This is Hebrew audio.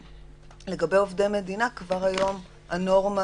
לגבי עובדי מדינה כבר היום הנורמה